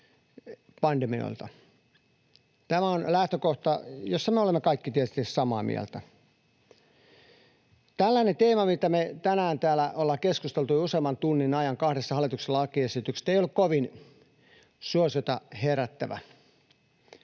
pandemioilta. Tämä on lähtökohta, josta me olemme kaikki tietysti samaa mieltä. Tällainen teema, mistä me tänään täällä ollaan keskusteltu jo useamman tunnin ajan kahdessa hallituksen lakiesityksessä, ei ole ollut kovin suosiota herättävä.